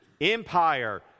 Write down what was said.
Empire